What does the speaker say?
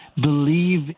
believe